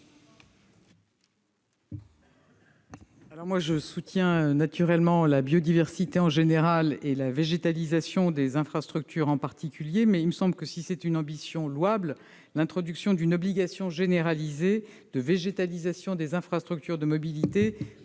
? Je soutiens naturellement la biodiversité en général et la végétalisation des infrastructures en particulier, mais il me semble que, s'il s'agit d'une ambition louable, l'introduction d'une obligation généralisée de végétalisation des infrastructures de mobilité